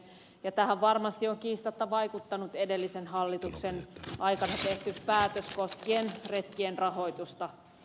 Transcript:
tähän varmasti on kiistatta vaikuttanut edellisen hallituksen aikana tehty päätös koskien retkien rahoitusta